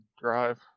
drive